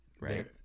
Right